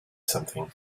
something